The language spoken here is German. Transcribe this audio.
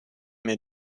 mir